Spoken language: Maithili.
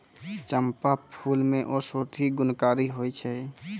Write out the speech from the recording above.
चंपा फूल मे औषधि गुणकारी होय छै